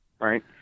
right